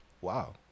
Wow